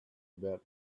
about